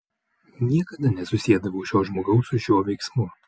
niekada nesusiedavau šio žmogaus su šiuo veiksmu